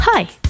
Hi